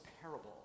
parable